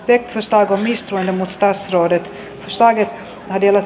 eizensta onnistui mustasaari sai edellä